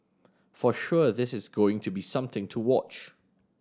for sure this is going to be something to watch